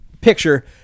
picture